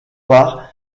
par